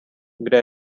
kde